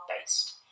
based